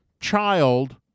child